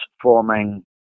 forming